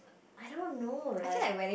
I don't know like